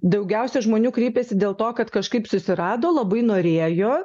daugiausia žmonių kreipiasi dėl to kad kažkaip susirado labai norėjo